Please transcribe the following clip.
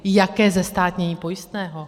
Jaké zestátnění pojistného?